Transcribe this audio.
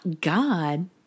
God